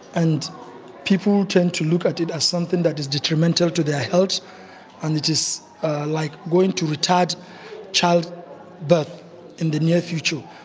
and people tend to look at it as something that is detrimental to their health and it is like going to retard childbirth but in the near future.